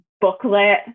booklet